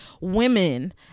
women